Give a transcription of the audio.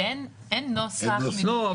שאין נוסח --- לא,